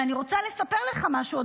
ואני רוצה לספר לך משהו,